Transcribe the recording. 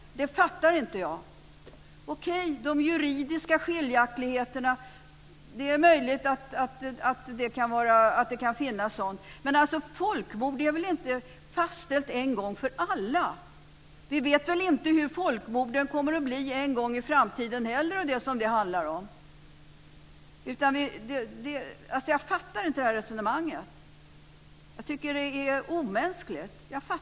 Det är möjligt att det kan finnas juridiska skiljaktigheter, men detta med folkmord är väl inte fastställt en gång för alla. Vi vet väl inte heller hur folkmorden och det som det handlar om kommer att bli en gång i framtiden. Jag fattar inte det här resonemanget. Jag tycker att det är omänskligt.